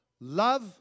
love